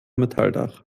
metalldach